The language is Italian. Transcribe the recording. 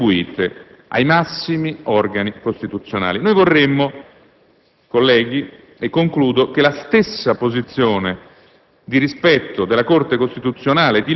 delle funzioni attribuite ai massimi organi costituzionali. Noi vorremmo, colleghi, e concludo, che la stessa posizione